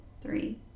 three